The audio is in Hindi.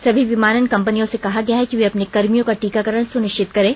सभी विमानन कंपनियों से कहा गया है कि वे अपने कर्मियों का टीकाकरण सुनिश्चित करें